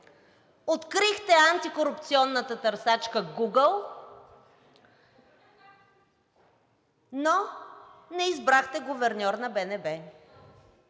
Открихте антикорупционната търсачка Google, но не избрахте гуверньор на БНБ.